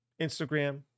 Instagram